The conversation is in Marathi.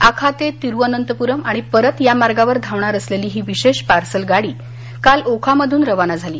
ओखा ते तिरुवअनंतपुरम आणि परत या मार्गावर धावणार असलेली ही विशेष पार्सल गाडी काल ओखामधून रवाना झाली